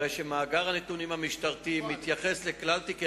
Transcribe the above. הרי שמאגר הנתונים המשטרתי מתייחס לכלל תיקי